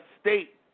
State